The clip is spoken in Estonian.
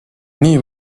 nii